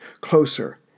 closer